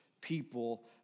people